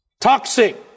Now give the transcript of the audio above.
toxic